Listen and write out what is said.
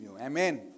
Amen